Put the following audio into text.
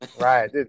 right